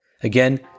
Again